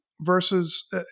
versus –